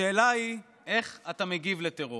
השאלה היא איך אתה מגיב על טרור,